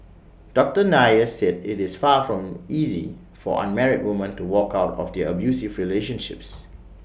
doctor Nair said IT is far from easy for unmarried woman to walk out of their abusive relationships